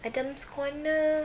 Adam's Corner